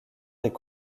des